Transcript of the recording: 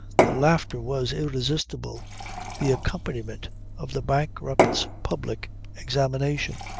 the laughter was irresistible the accompaniment of the bankrupt's public examination.